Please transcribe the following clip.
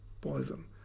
poison